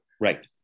Right